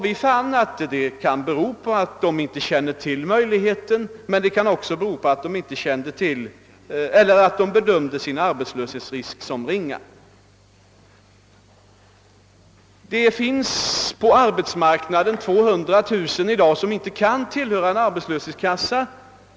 Vi fann att det kan bero på att de inte känner till möjligheten, men det kan också bero på att de bedömde sin arbetslöshetsrisk som ringa. Det finns på arbetsmarknaden i dag 200 000 personer som inte kan tillhöra en arbetslöshetskassa.